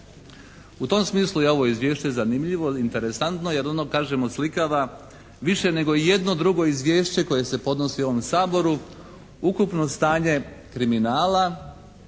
U tom smislu je ovo Izvješće zanimljivo i interesantno jer ono kaže oslikava više nego ijedno drugo izvješće koje se podnosi ovom Saboru, ukupno stanje kriminala,